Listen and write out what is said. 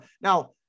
Now